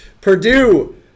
Purdue